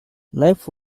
life